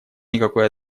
никакой